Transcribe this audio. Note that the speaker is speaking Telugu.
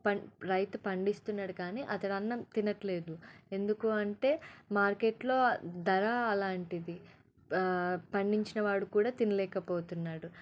పన్ రైతు పండిస్తున్నాడు కానీ అతను అన్నం తినటం లేదు ఎందుకు అంటే మార్కెట్లో ధర అలాంటిది పండించిన వాడు కూడా తినలేకపోతున్నాడు